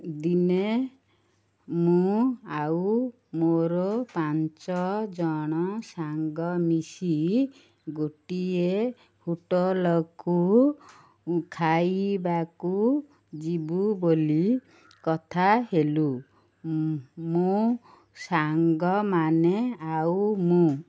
ଦିନେ ମୁଁ ଆଉ ମୋର ପାଞ୍ଚଜଣ ସାଙ୍ଗ ମିଶି ଗୋଟିଏ ହୋଟଲକୁ ଖାଇବାକୁ ଯିବୁ ବୋଲି କଥା ହେଲୁ ମୁଁ ସାଙ୍ଗମାନେ ଆଉ ମୁଁ